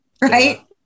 right